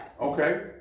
Okay